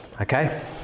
okay